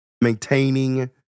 maintaining